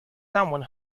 someone